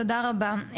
תודה רבה.